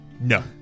No